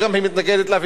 שהיא מתנגדת גם לה,